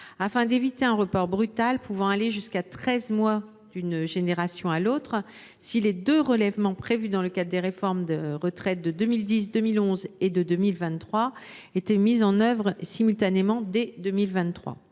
afin d’éviter un report brutal, pouvant aller jusqu’à treize mois d’une génération à l’autre, si les deux relèvements prévus dans le cadre des réformes des retraites de 2010 2011 et de 2023 étaient mis en œuvre simultanément dès 2023.